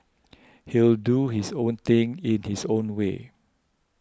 he'll do his own thing in his own way